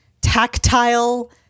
tactile